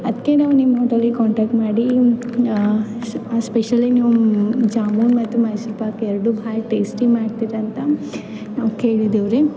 ಅದಕ್ಕೆ ನಾವು ನಿಮ್ಮ ಹೋಟೆಲಿಗೆ ಕಾಂಟಾಕ್ಟ್ ಮಾಡಿ ಸ್ಪೆಷಲಿ ನೀವು ಜಾಮೂನ್ ಮತ್ತು ಮೈಸೂರ್ ಪಾಕ್ ಎರಡು ಭಾಳ ಟೇಸ್ಟಿ ಮಾಡ್ತಿರಂತ ನಾವು ಕೇಳಿದೇವ್ರಿ